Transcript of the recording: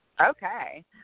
Okay